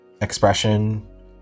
expression